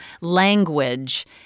language